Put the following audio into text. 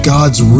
God's